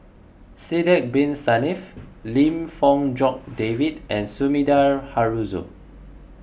Sidek Bin Saniff Lim Fong Jock David and Sumida Haruzo